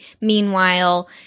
Meanwhile